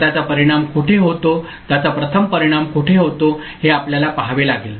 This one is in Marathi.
तर त्याचा परिणाम कोठे होतो त्याचा प्रथम परिणाम कोठे होतो हे आपल्याला पाहावे लागेल